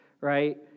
right